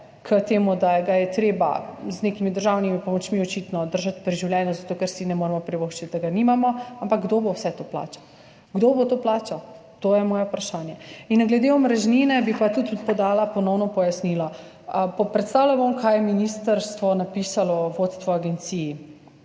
k temu, da ga je treba z nekimi državnimi pomočmi očitno držati pri življenju, zato ker si ne moremo privoščiti, da ga nimamo, ampak kdo bo vse to plačal? To je moje vprašanje. Glede omrežnine bi pa ponovno podala pojasnilo. Predstavila bom, kaj je ministrstvo napisalo vodstvu agencije.